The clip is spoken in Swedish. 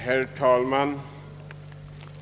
Herr talman!